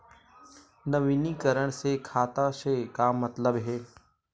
नवीनीकरण से खाता से का मतलब हे?